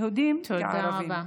יהודים וערבים.